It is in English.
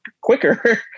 quicker